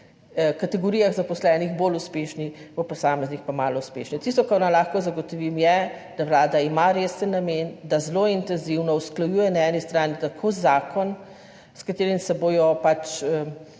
kategorijah zaposlenih bolj uspešni, v posameznih pa manj uspešni. Tisto, kar vam lahko zagotovim, je, da vlada ima resen namen, da zelo intenzivno usklajuje na eni strani tako zakon, s katerim se bo